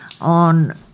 on